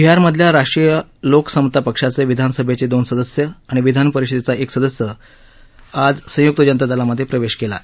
बिहारमधल्या राष्ट्रीय लोक समता पक्षाचे विधानसभेचे दोन सदस्य आणि विधानपरिषदेचा एक सदस्य आज संयुक्त जनता दलामधे प्रवेश केला आहे